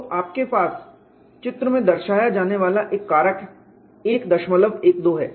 तो आपके पास चित्र में दर्शाया जाने वाला एक कारक 112 है